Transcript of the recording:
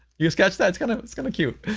you guys catch that? it's kinda it's kinda cute.